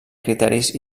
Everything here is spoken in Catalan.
criteris